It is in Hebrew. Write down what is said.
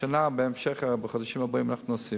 השנה, בהמשך, בחודשים הבאים, אנחנו נוסיף: